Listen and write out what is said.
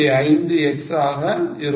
5 x ஆக இருக்கும்